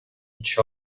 each